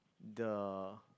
the